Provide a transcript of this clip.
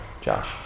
Josh